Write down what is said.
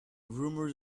rumors